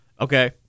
Okay